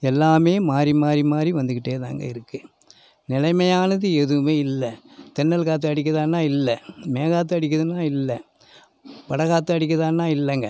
எல்லாமே மாறி மாறி மாறி வந்துகிட்டேதாங்க இருக்குது நிலைமையானது எதுவுமே இல்லை தென்றல் காற்று அடிக்குதான்னா இல்லை மேகாற்று அடிக்குதுன்னா இல்லை வட காற்று அடிக்குதான்னா இல்லைங்க